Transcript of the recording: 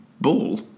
ball